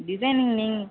designing நீங்க